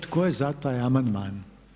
Tko je za taj amandman?